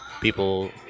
people